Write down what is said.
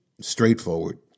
Straightforward